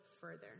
further